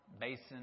basin